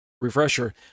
refresher